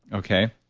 okay,